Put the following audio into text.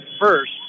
first